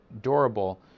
durable